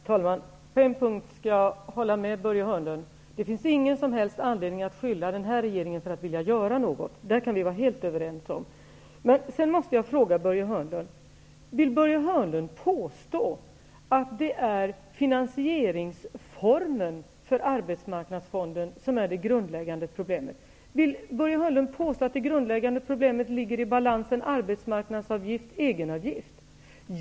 Herr talman! På en punkt håller jag med Börje Hörnlund. Det finns ingen som helst anledning att skylla den här regeringen för att vilja göra något. Vi kan vara helt överens om det. Vill Börje Hörnlund påstå att finansieringsformen för Arbetsmarknadsfonden är det grundläggande problemet? Vill Börje Hörnlund påstå att det grundläggande problemet ligger i balansen mellan arbetsmarknadsavgift och egenavgift?